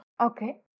Okay